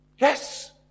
Yes